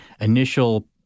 initial